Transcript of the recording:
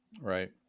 Right